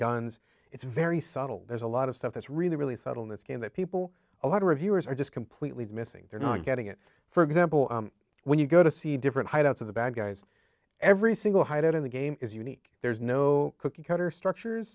guns it's very subtle there's a lot of stuff that's really really subtle in this game that people a lot of reviewers are just completely dismissing they're not getting it for example when you go to see different hideouts of the bad guys every single hideout in the game is unique there's no cookie cutter structures